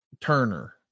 Turner